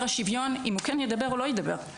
השוויון אם הוא כן ידבר או לא ידבר,